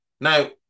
Now